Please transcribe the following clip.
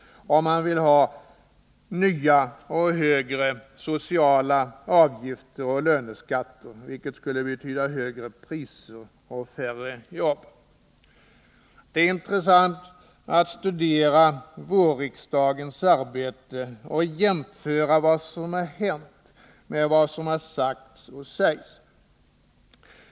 Man vill ha nya och ökade sociala avgifter samt löneskatter, vilket skulle betyda högre priser och färre jobb. Det är intressant att studera vårriksdagens arbete och jämföra vad som har hänt med vad som har sagts och sägs.